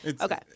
Okay